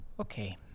Okay